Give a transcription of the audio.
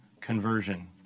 conversion